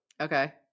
Okay